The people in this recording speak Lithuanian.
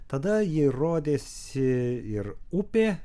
tada ji rodėsi ir upė